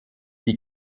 die